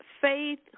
faith